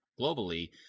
globally